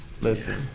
Listen